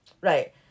right